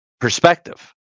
perspective